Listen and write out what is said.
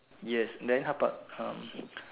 yes then how about uh